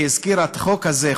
והיא הזכירה את החוק הזה,